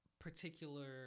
particular